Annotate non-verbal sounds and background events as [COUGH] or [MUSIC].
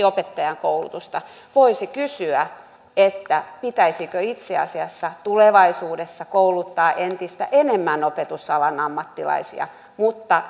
[UNINTELLIGIBLE] opettajankoulutusta voisi kysyä pitäisikö itse asiassa tulevaisuudessa kouluttaa entistä enemmän opetusalan ammattilaisia mutta [UNINTELLIGIBLE]